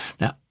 Now